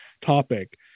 topic